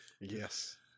Yes